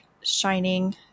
shining